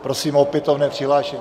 Prosím o opětovné přihlášení.